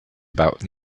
about